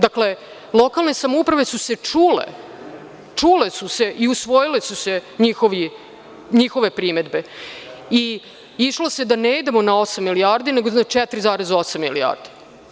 Dakle, lokalne samouprave su se čule, čule su se i usvojile su se njihove primedbe i išlo se da ne idemo na osam milijardi, nego na 4,8 milijardi.